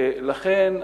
ולכן,